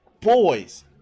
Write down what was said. boys